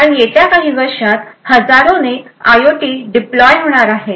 कारण येत्या काही वर्षात हजारोने आयोटी डिप्लोय होणार आहेत